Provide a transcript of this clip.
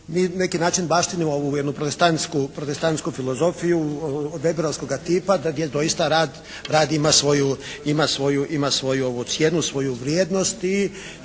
na neki način baštinimo ovu jednu protestantsku filozofiju, Weberovskog tipa gdje doista rad ima svoju cijenu, svoju vrijednost.